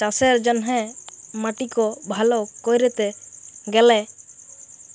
চাষের জ্যনহে মাটিক ভাল ক্যরতে গ্যালে